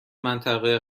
منطقه